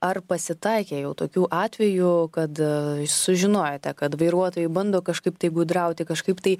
ar pasitaikė jau tokių atvejų kad sužinojote kad vairuotojai bando kažkaip tai gudrauti kažkaip tai